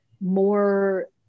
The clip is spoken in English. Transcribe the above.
more